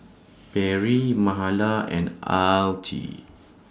Perri Mahala and Altie